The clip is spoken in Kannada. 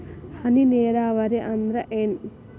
ಹನಿ ನೇರಾವರಿ ಅಂದ್ರ ಏನ್?